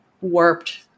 warped